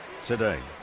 Today